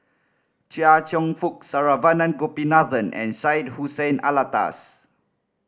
Chia Cheong Fook Saravanan Gopinathan and Syed Hussein Alatas